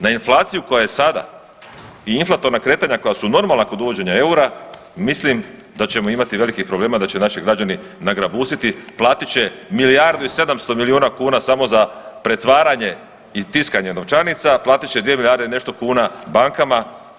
Na inflaciju koja je sada i inflatorna kretanja koja su normalna kod uvođenja eura, mislim da ćemo imati velikih problema da će naši građani nagrabusiti, platit će milijardu i 700 milijuna kuna samo za pretvaranje i tiskanje novčanica, a platit će dvije milijarde i nešto kuna bankama.